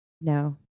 no